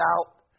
out